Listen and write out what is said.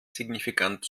signifikant